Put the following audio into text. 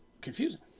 confusing